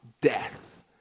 death